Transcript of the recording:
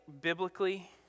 biblically